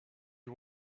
you